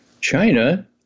China